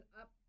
up